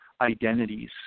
identities